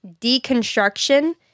deconstruction